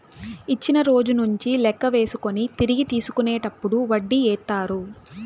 ఇచ్చిన రోజు నుంచి లెక్క వేసుకొని తిరిగి తీసుకునేటప్పుడు వడ్డీ ఏత్తారు